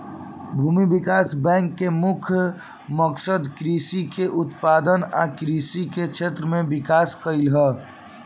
भूमि विकास बैंक के मुख्य मकसद कृषि के उत्पादन आ कृषि के क्षेत्र में विकास कइल ह